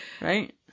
right